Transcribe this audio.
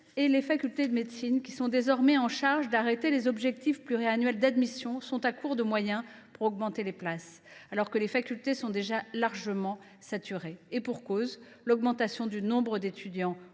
et les facultés de médecine, désormais chargées d’arrêter les objectifs pluriannuels d’admission, sont à court de moyens pour augmenter les places, alors que les facultés sont déjà largement saturées. Et pour cause, l’augmentation du nombre d’étudiants,